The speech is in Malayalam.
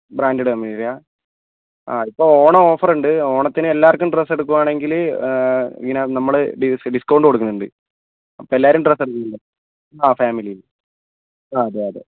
ബ്രാൻ്റഡ് കമ്പനിയുടെയാണ് ആ ഇപ്പോൾ ഓണം ഓഫർ ഉണ്ട് ഓണത്തിന് എല്ലാവർക്കും ഡ്രസ്സ് എടുക്കുകയാണെങ്കിൽ ഇതിനെ നമ്മൾ ഡിസ്ക്കൗണ്ട് കൊടുക്കുന്നുണ്ട് അപ്പോൾ എല്ലാവരും ഡ്രസ്സ് എടുക്കുന്നില്ലേ ആ ഫാമിലി ആ അതെ അതെ